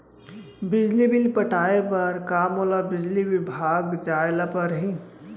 बिजली बिल पटाय बर का मोला बिजली विभाग जाय ल परही?